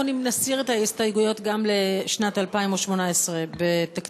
אנחנו נמשוך את שאר ההסתייגויות לשנת 2017 בסעיף